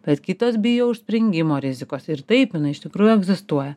bet kitos bijo užspringimo rizikos ir taip jinai iš tikrųjų egzistuoja